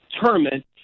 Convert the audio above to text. tournament